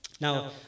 Now